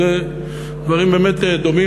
אלה דברים באמת דומים,